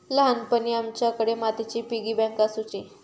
ल्हानपणी आमच्याकडे मातीची पिगी बँक आसुची